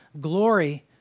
glory